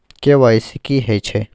KYC की हय छै?